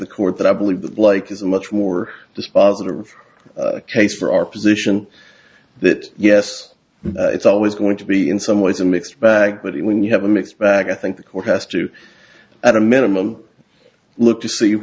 the court that i believe the like is a much more dispositive case for our position that yes it's always going to be in some ways a mixed bag but when you have a mixed bag i think the court has to at a minimum look to see